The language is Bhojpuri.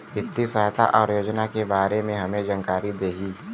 वित्तीय सहायता और योजना के बारे में जानकारी देही?